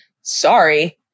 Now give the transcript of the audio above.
sorry